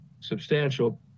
substantial